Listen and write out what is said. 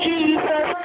Jesus